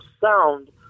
sound